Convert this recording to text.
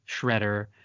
Shredder